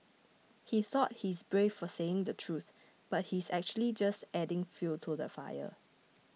he thought he's brave for saying the truth but he's actually just adding fuel to the fire